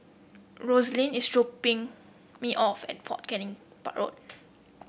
Roslyn is dropping me off at Fort Canning Road